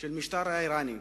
של המשטר האירני.